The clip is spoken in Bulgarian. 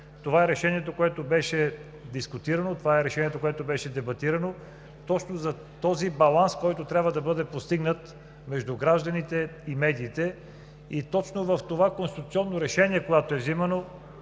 това е решението, което беше дискутирано, това е решението, което беше дебатирано, точно за този баланс, който трябва да бъде постигнат между гражданите и медиите. Точно в това Конституционно решение, когато е взимано,